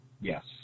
Yes